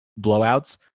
blowouts